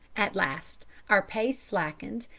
at last our pace slackened,